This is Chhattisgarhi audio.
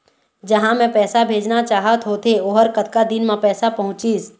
जहां मैं पैसा भेजना चाहत होथे ओहर कतका दिन मा पैसा पहुंचिस?